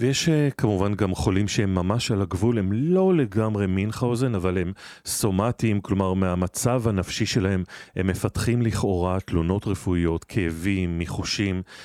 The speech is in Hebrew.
ויש כמובן גם חולים שהם ממש על הגבול, הם לא לגמרי מינכאוזן אבל הם סומטיים, כלומר מהמצב הנפשי שלהם הם מפתחים לכאורה תלונות רפואיות, כאבים, מיחושים.